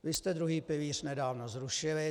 Vy jste druhý pilíř nedávno zrušili.